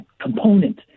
component